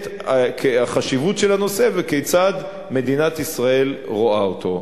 החשיבות של הנושא וכיצד מדינת ישראל רואה אותו.